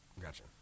Gotcha